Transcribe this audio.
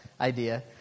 idea